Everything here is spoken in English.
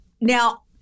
now